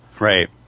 right